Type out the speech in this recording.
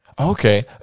okay